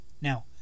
now